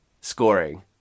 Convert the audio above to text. scoring